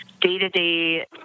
day-to-day